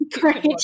Great